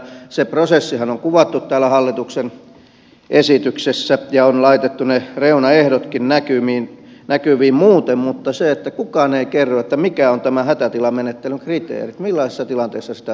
se prosessihan on kuvattu täällä hallituksen esityksessä ja on laitettu reunaehdotkin näkyviin muuten mutta kukaan ei kerro mikä on tämä hätätilamenettelyn kriteeri millaisessa tilanteessa sitä sovelletaan